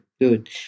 Good